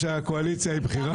אין יותר פואנטה מילדים בגן.